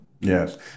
Yes